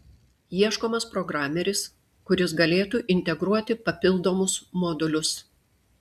ieškomas programeris kuris galėtų integruoti papildomus modulius